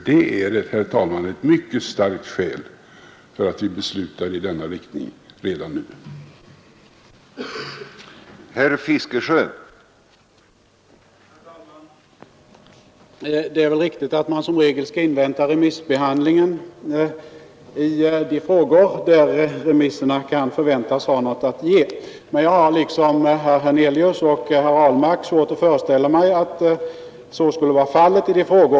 Det är, herr talman, ett mycket starkt skäl för att vi beslutar i denna 8 av reservanterna är, som flera talare har riktning redan nu.